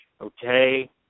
okay